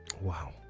Wow